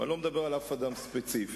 אני מבין את ההתרגשות